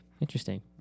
Interesting